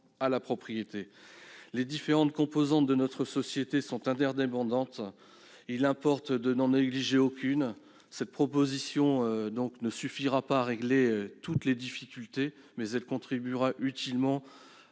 à la propriété. Les différentes composantes de notre société sont interdépendantes ; il importe de n'en négliger aucune. Cette proposition de loi ne suffira pas à régler toutes les difficultés, mais elle contribuera utilement